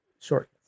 short